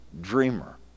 dreamer